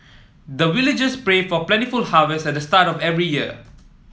the villagers pray for plentiful harvest at the start of every year